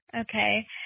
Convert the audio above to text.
Okay